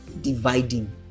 dividing